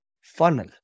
funnel